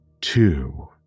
two